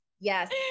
Yes